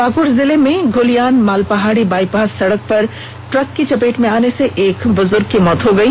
पाकुड़ जिले में धूलियान मालपहाड़ी बाईपास सड़क पर ट्रक की चपेट में आने से एक बुजुर्ग की मौत हो गयी